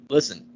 Listen